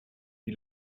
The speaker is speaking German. wie